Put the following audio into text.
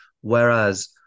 Whereas